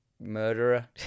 murderer